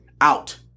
out